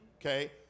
Okay